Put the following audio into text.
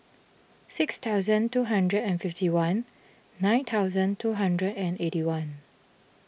six thousand two hundred and fifty one nine thousand two hundred and eighty one